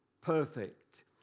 perfect